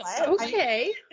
Okay